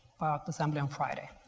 assembly on friday.